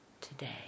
today